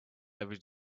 every